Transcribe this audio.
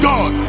God